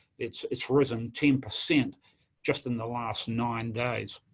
it's it's risen ten percent just in the last nine days.